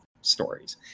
stories